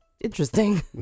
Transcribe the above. interesting